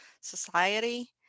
society